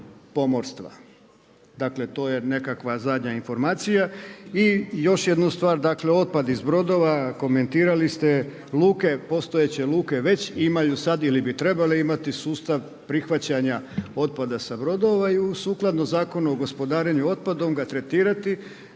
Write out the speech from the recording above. pomorstva. Dakle, to je nekakva zadnja informacija. I još jednu stvar, dakle otpad iz brodova komentirali ste, luke, postojeće luke već imaju sad ili bi trebale imati sustav prihvaćanja otpada sa brodova i sukladno Zakonu o gospodarenju otpadom ga tretirati